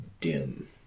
dim